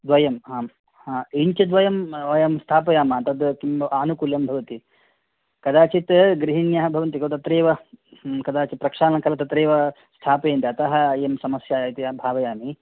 द्वयम् आम् हा इञ्च् द्वयं वयं स्थापयाम तद् किं अनुकूलं भवति कदाचित् गृहिन्याः भवन्ति खलु तत्रैव कदाचित् प्रक्षालनं काल तत्रैव स्थापयन्ति अतः इयं समस्याः इति अहं भावयामि